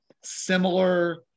Similar